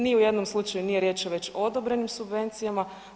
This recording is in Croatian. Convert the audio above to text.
Ni u jednom slučaju nije riječ o već odobrenim subvencijama.